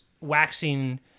waxing